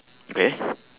okay